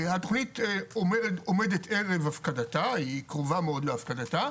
התכנית עומדת ערב הפקדתה, היא קרובה מאוד להפקדתה,